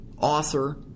author